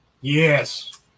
Yes